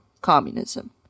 communism